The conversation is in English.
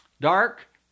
dark